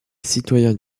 citoyens